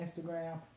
Instagram